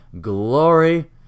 glory